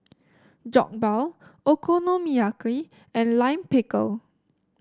Jokbal Okonomiyaki and Lime Pickle